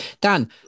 Dan